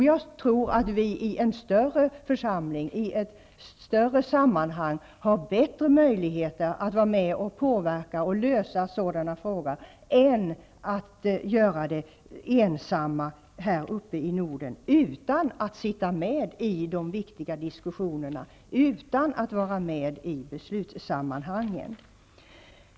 Jag tror att vi i en större församling i ett större sammanhang har bättre möjligheter att vara med och påverka och lösa problem, än att göra det ensamma i Norden utan att sitta med i de viktiga diskussionerna och beslutssammanhangen.